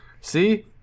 See